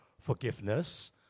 forgiveness